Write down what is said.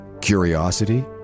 Curiosity